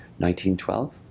1912